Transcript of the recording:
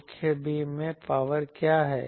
मुख्य बीम में पावर क्या है